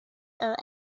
are